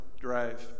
drive